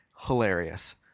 Hilarious